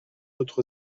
autres